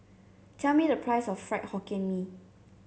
tell me the price of Fried Hokkien Mee